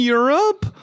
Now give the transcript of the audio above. Europe